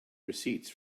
receipts